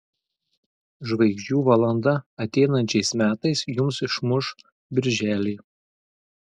žvaigždžių valanda ateinančiais metais jums išmuš birželį